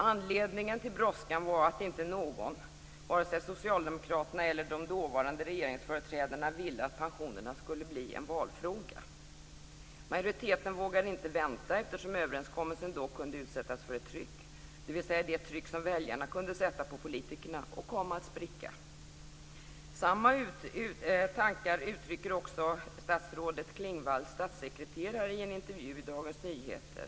Anledningen till brådskan var att inte någon, varken Socialdemokraterna eller de dåvarande regeringsföreträdarna, ville att pensionerna skulle bli en valfråga. Majoriteten vågade inte vänta eftersom överenskommelsen då kunde utsättas för ett tryck, dvs. det tryck som väljarna kunde sätta på politikerna, och komma att spricka. Samma tankar uttrycker också statsrådet Klingvalls statssekreterare i en intervju i Dagens Nyheter.